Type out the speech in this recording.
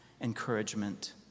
encouragement